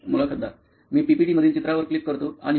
मुलाखतदार मी पीपीटी मधील चित्रावर क्लिक करतो आणि हो